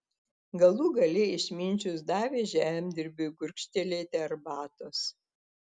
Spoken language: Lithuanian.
galų gale išminčius davė žemdirbiui gurkštelėti arbatos